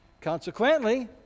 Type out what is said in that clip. Consequently